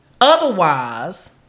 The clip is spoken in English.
Otherwise